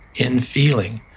in feeling.